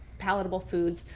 palatable foods.